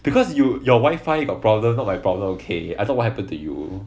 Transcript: because you your wifi got problem not my problem okay I thought what happen to you